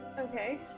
Okay